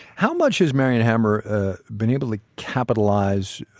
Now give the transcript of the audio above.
how much has marion hammer ah been able to capitalize,